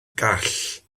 call